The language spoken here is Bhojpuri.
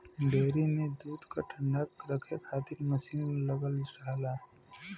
डेयरी में दूध क ठण्डा रखे खातिर मसीन लगल रहला